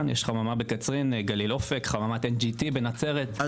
חממת גליל אופק, חממת NGT בנצרת, בכרמיאל.